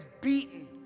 beaten